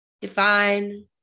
Define